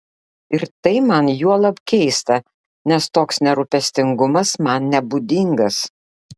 ir tai man juolab keista nes toks nerūpestingumas man nebūdingas